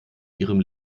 ihrem